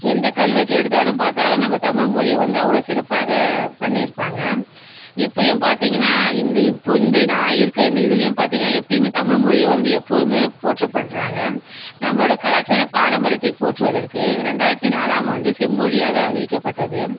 எந்த கல்வெட்டு எடுத்தாலும் பார்த்தாலும் நம்ம தமிழ் மொழியை வந்து அவ்வளோ சிறப்பாக பண்ணிருப்பாங்க இப்பயும் பார்த்திங்கன்னா இந்த இப்போ இந்த நான் இருக்க இந்த இதுலையும் பார்த்திங்கன்னா எப்பயுமே தமிழ் மொழியை வந்து எப்பொழுதுமே போற்றப்படுறாங்க நம்மளோட கலாச்சார பாரம்பரியத்தை போற்றுவதற்கு ரெண்டாயிரத்து நாலாம் ஆண்டு செம்மொழியாக அறிவிக்கப்பட்டது